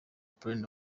paulin